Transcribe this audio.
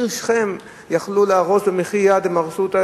הם היו יכולים להרוס במחי יד עיר,